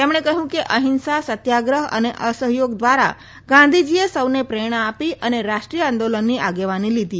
તેમણે કહ્યું કે અહિંસા સત્યાગ્રહ અને અસહયોગ ધ્વારા ગાંધીજીએ સૌને પ્રેરણા આપી અને રાષ્ટ્રીય આંદોલનની આગેવાની લીધી